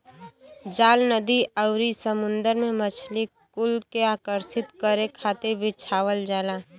जाल नदी आउरी समुंदर में मछरी कुल के आकर्षित करे खातिर बिछावल जाला